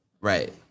Right